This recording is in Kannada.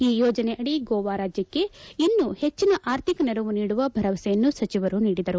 ಈ ಯೋಜನೆಯಡಿ ಗೋವಾ ರಾಜ್ಯಕ್ಷೆ ಇನ್ನು ಹೆಚ್ಚನ ಆರ್ಥಿಕ ನೆರವು ನೀಡುವ ಭರವಸೆಯನ್ನು ಸಚಿವರು ನೀಡಿದರು